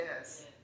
yes